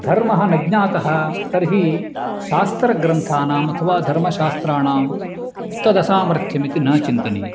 धर्मः न ज्ञातः तर्हि शास्त्रग्रन्थानाम् अथवा धर्मशास्त्राणां तद् असामर्थ्यमिति न चिन्तनीयम्